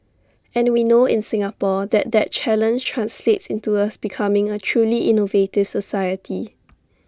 and we know in Singapore that that challenge translates into us becoming A truly innovative society